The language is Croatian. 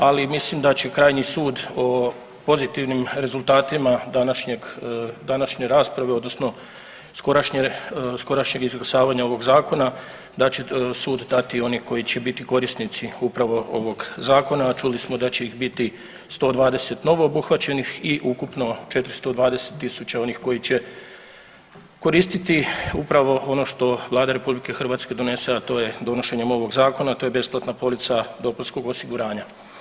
Ali mislim da će krajnji sud o pozitivnim rezultatima današnje rasprave odnosno skorošnjeg izglasavanja ovoga Zakona da će sud dati oni koji će biti korisnici upravo ovoga Zakona, a čuli smo da će ih biti 120 novoobuhvaćenih i ukupno 420 tisuća onih koji će koristiti upravo ono što Vlada Republike Hrvatske donese a to je donošenjem ovoga Zakona to je besplatna polica dopunskog osiguranja.